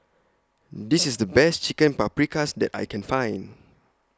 This IS The Best Chicken Paprikas that I Can Find